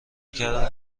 کردم